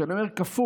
כשאני אומר "כפול"